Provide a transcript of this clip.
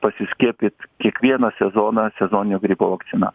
pasiskiepyt kiekvieną sezoną sezoninio gripo vakcina